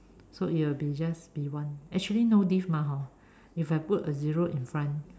so it will be just be one actually no diff mah hor if I put a zero in front